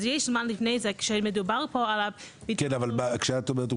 אז יש זמן לפני זה כשמדובר פה על ה- -- כן אבל כשאת אומרת,